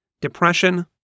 depression